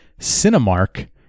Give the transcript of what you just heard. Cinemark